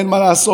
אין מה לעשות,